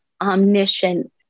omniscient